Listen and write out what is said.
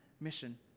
mission